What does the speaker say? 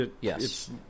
Yes